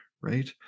right